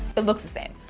it looks the same.